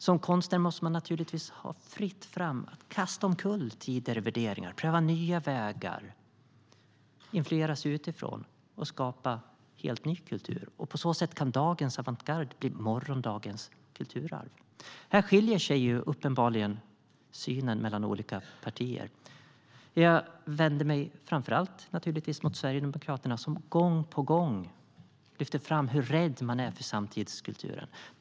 Som konstnär måste man naturligtvis ha fritt fram för att kasta omkull tidigare värderingar, pröva nya vägar, influeras utifrån och skapa helt ny kultur. På så sätt kan dagens avantgarde bli morgondagens kulturarv. Här skiljer sig uppenbarligen synen mellan olika partier. Jag vänder mig naturligtvis framför allt mot Sverigedemokraterna, som gång på gång lyfter fram hur rädd man är för samtidskulturen.